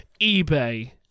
eBay